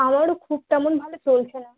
আমারও খুব তেমন ভালো চলছে না